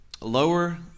lower